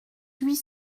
huit